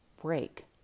break